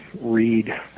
read